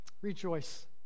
rejoice